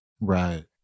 right